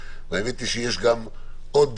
והאמת היא שיש גם עוד